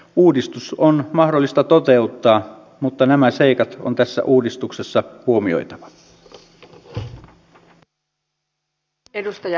uudistus on mahdollista toteuttaa mutta nämä seikat on tässä uudistuksessa huomioitava